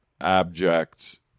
abject